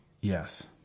Yes